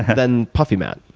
than puffy matt.